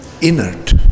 inert